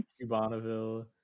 bonneville